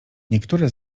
niektóre